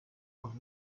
und